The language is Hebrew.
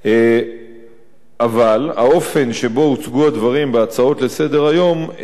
אבל האופן שבו הוצגו הדברים בהצעות לסדר-היום מוגזם ביותר.